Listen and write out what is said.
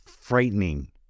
frightening